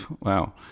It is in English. Wow